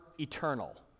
eternal